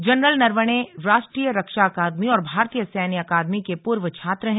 general Naravane राष्ट्रीय रक्षा अकादमी और भारतीय सैन्य अकादमी के पूर्व छात्र हैं